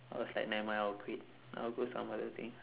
I was like nevermind I'll quit I'll do some where I think